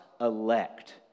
elect